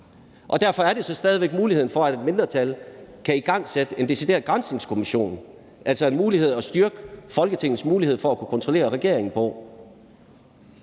på. Derfor er der så stadig væk muligheden for, at et mindretal kan igangsætte en decideret granskningskommission, altså bruge den mulighed for at styrke Folketingets mulighed for at kunne kontrollere regeringen.